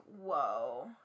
whoa